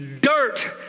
dirt